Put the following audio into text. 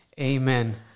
Amen